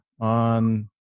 on